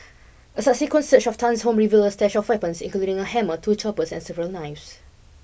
a subsequent search of Tan's home revealed a stash of weapons including a hammer two choppers and several knives